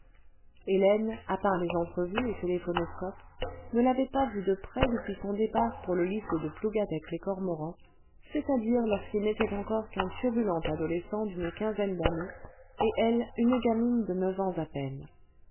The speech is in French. hélène à part les entrevues au téléphonoscope ne l'avait pas vu de près depuis son départ pour le lycée de plougaclec les cormorans c'est-àdire lorsqu'il n'était encore qu'un turbulent adolescent d'une quinzaine d'années et elle une gamine de neuf ans à peine